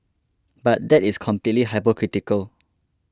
but that is completely hypocritical